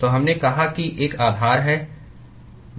तो हमने कहा कि एक आधार है